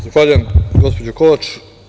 Zahvaljujem, gospođo Kovač.